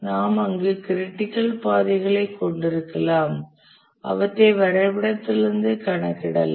நாம் அங்கு க்ரிட்டிக்கல் பாதைகளைக் கொண்டிருக்கலாம் அவற்றை வரைபடத்திலிருந்து கணக்கிடலாம்